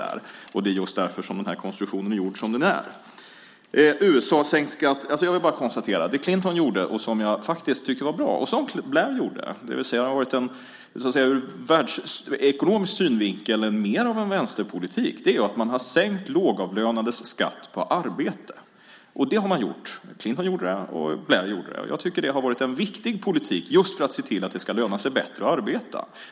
Det är just därför som konstruktionen är som den är. Sedan var det frågan om USA och sänkt skatt. Jag konstaterar att jag tycker att det Clinton och Blair gjorde var bra. Det var något som ur världsekonomisk synvinkel var mer av en vänsterpolitik, nämligen att man sänkte lågavlönades skatt på arbete. Clinton gjorde det, och Blair gjorde det. Det har varit en viktig politik för att se till att det lönar sig bättre att arbeta.